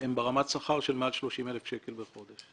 הם ברמת שכר של מעל 30,000 שקלים בחודש.